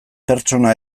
pertsona